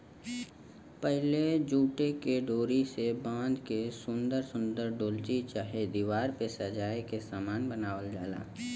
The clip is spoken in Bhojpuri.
पहिले जूटे के डोरी से बाँध के सुन्दर सुन्दर डोलची चाहे दिवार पे सजाए के सामान बनावल जाला